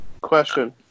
Question